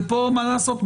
ופה מה לעשות,